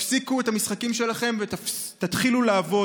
תפסיקו את המשחקים שלכם ותתחילו לעבוד.